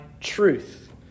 truth